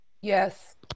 Yes